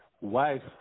wife